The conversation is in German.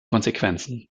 konsequenzen